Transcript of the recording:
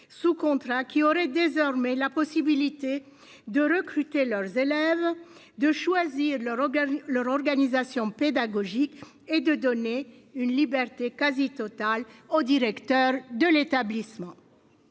sous contrat qui aurait désormais la possibilité de recruter leurs élèves de choisir leur engagement, leur organisation pédagogique et de donner une liberté quasi totale au directeur de l'établissement.